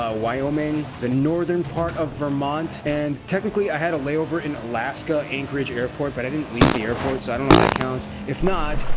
ah wyoming, the northern part of vermont, and technically i had a layover in alaska anchorage airport, but i didn't leave the airport, so i don't know if that counts. if not,